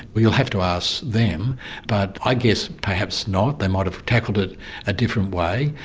you'll have to ask them but i guess perhaps not. they might have tackled it a different way.